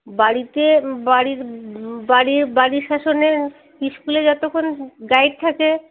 বাড়িতে বাড়ির বাড়ির বাড়ির শাসনে স্কুলে যতক্ষণ গাইড থাকে